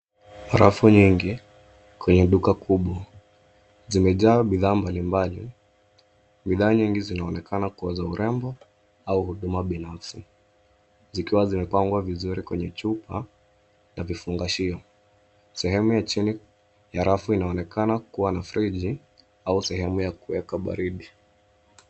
Rafu nyingi kwenye duka kubwa. Zimejaa bidhaa mbali mbali. Bidhaa nyingi zinaonekana kua za urembo au huduma binafsi, zikiwa zimepangwa vizuri kwenye chupa, na vifungashio. Sehemu ya chini ya rafu inaonekana kua na friji au sehemu ya kuweka baridi.